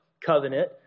covenant